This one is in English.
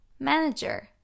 Manager